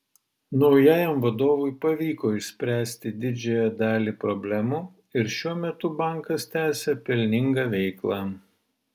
naujajam vadovui pavyko išspręsti didžiąją dalį problemų ir šiuo metu bankas tęsią pelningą veiklą